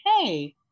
hey